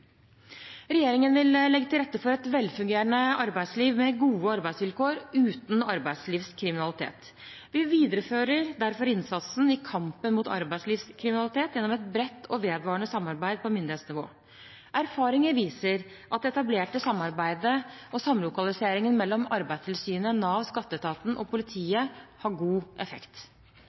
Regjeringen vil legge til rette for et velfungerende arbeidsliv med gode arbeidsvilkår og uten arbeidslivskriminalitet. Vi viderefører derfor innsatsen i kampen mot arbeidslivskriminalitet gjennom et bredt og vedvarende samarbeid på myndighetsnivå. Erfaringer viser at det etablerte samarbeidet og samlokaliseringen mellom Arbeidstilsynet, Nav, Skatteetaten og politiet har god effekt.